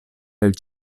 del